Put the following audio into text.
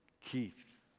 Keith